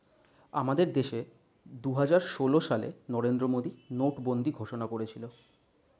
আমাদের দেশে দুহাজার ষোল সালে নরেন্দ্র মোদী নোটবন্দি ঘোষণা করেছিল